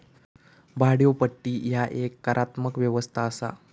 भाड्योपट्टी ह्या एक करारात्मक व्यवस्था असा